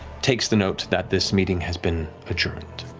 takes the note that this meeting has been adjourned.